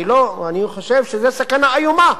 אני חושב שזו סכנה איומה.